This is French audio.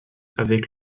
avec